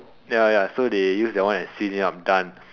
ya ya so they used that one and seal it up done